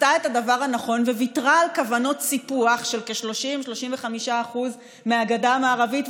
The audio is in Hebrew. עשתה את הדבר הנכון וויתרה על כוונות סיפוח של כ-30% 35% מהגדה המערבית,